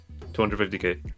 250k